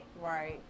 right